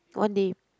one day